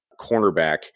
cornerback